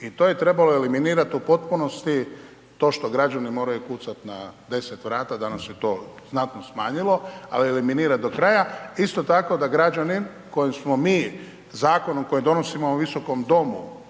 I to je trebalo eliminirati u potpunosti, to što građani moraju kucati na 10 vrata da bi se to znatno smanjilo, a eliminirati do kraja. Isto tako da građani kojim smo mi zakonom, koji donosimo u ovom Visokom domu,